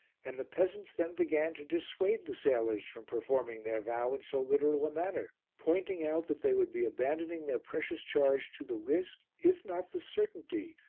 and the peasants then began to dissuade the sailors from performing their vow in so literal a manner, pointing out that they would be abandoning their precious charge to the risk, if not the certainty,